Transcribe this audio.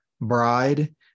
bride